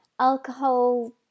alcohol